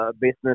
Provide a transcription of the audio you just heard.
business